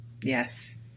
Yes